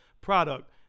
product